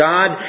God